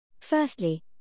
Firstly